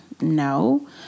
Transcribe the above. no